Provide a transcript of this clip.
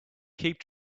keep